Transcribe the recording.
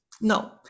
no